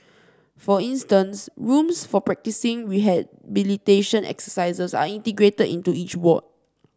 for instance rooms for practising rehabilitation exercises are integrated into each ward